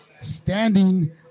standing